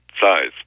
size